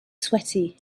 sweaty